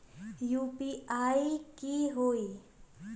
UPI की होई?